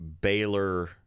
Baylor